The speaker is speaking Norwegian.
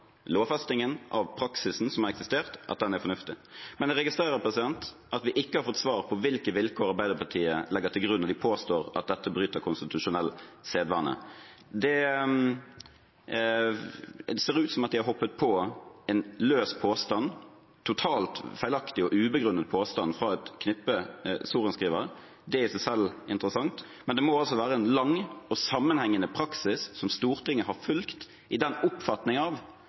lovfestingen av praksisen som har eksistert, er fornuftig. Men jeg registrerer at vi ikke har fått svar på hvilke vilkår Arbeiderpartiet legger til grunn når de påstår at dette bryter konstitusjonell sedvane. Det ser ut som de har hoppet på en løs påstand, en totalt feilaktig og ubegrunnet påstand fra et knippe sorenskrivere. Det i seg selv er interessant. Men det må altså være en lang og sammenhengende praksis som Stortinget har fulgt, i den oppfatning at de følger en regel av